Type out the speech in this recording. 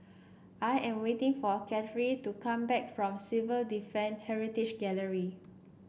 I am waiting for Katharyn to come back from Civil Defend Heritage Gallery